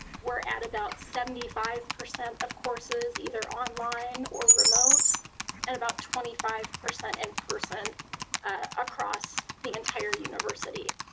we're at about seventy five percent of courses either online or remote and about twenty five percent in person across the entire university.